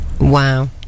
Wow